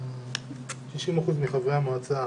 60% מחברי המועצה